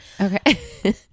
Okay